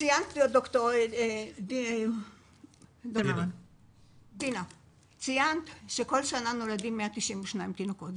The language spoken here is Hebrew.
ד"ר צימרמן ציינה שכל שנה נולדים 190,000 תינוקות,